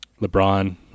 LeBron